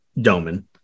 Doman